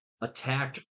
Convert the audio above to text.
attacked